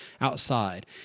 outside